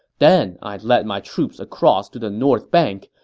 then i led my troops across to the north bank,